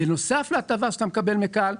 בנוסף להטבה שאתה מקבל מ-כאל,